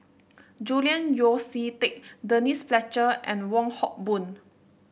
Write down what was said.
Julian Yeo See Teck Denise Fletcher and Wong Hock Boon